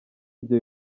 ibyo